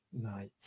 night